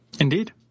Indeed